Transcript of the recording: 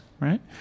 Right